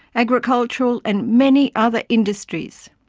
agricultural, and many other industries.